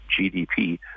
GDP